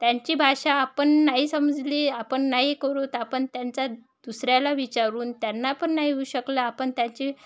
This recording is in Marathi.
त्यांची भाषा आपण नाही समजली आपण नाही करू तर आपण त्यांचा दुसऱ्याला विचारून त्यांना पण नाही होऊ शकलं आपण त्यांची